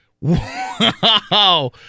Wow